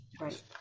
Right